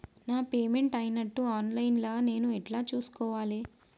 నా పేమెంట్ అయినట్టు online లా నేను ఎట్ల చూస్కోవాలే?